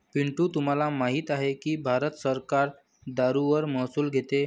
पिंटू तुम्हाला माहित आहे की भारत सरकार दारूवर महसूल घेते